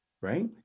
right